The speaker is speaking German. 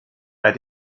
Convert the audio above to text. bei